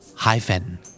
Hyphen